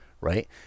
right